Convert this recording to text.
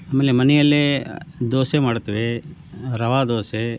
ಆಮೇಲೆ ಮನೆಯಲ್ಲೇ ದೋಸೆ ಮಾಡ್ತೇವೆ ರವೆ ದೋಸೆ